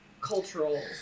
cultural